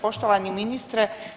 Poštovani ministre.